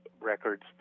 records